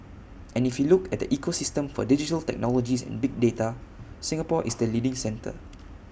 and if you look at the ecosystem for digital technologies and big data Singapore is the leading centre